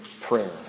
prayer